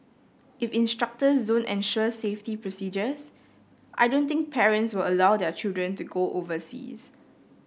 if instructors don't ensure safety procedures I don't think parents will allow their children to go overseas